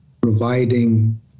providing